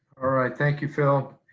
all right, thank you phil.